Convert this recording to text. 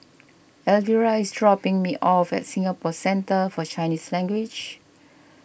Elvera is dropping me off at Singapore Centre for Chinese Language